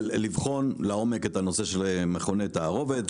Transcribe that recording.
לבחון לעומק את הנושא של מכוני תערובת,